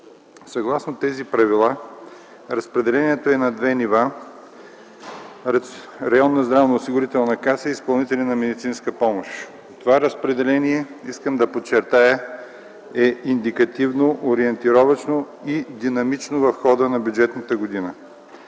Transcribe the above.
Съгласно тези правила разпределението е на две нива – Районна здравноосигурителна каса и изпълнители на медицинска помощ. Искам да подчертая, че това разпределение, е индикативно, ориентировъчно и динамично в хода на бюджетната година.